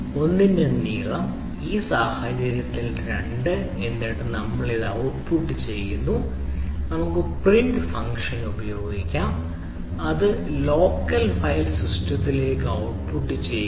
l ന്റെ നീളം ഈ സാഹചര്യത്തിൽ 2 എന്നിട്ട് നമ്മൾ ഇത് ഔട്ട്പുട്ട് ചെയ്യുന്നു നമുക്ക് പ്രിന്റ് ഫംഗ്ഷൻ ഉപയോഗിക്കാം ഇത് ലോക്കൽ ഫയൽ സിസ്റ്റത്തിലേക്ക് ഔട്ട്പുട്ട് ചെയ്യുക